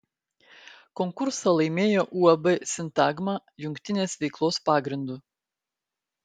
konkursą laimėjo uab sintagma jungtinės veiklos pagrindu